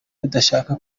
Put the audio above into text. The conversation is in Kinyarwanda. badashaka